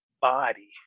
body